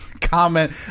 comment